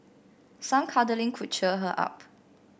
some cuddling could cheer her up